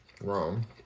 Wrong